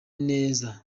neza